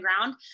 ground